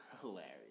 hilarious